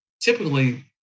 typically